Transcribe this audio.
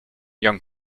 young